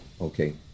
Okay